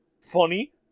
funny